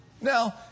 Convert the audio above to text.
Now